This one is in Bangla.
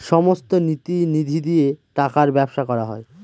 সমস্ত নীতি নিধি দিয়ে টাকার ব্যবসা করা হয়